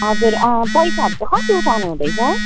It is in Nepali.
हजुर पैसाहरू चाहिँ कति उठाउनु हुँदैछ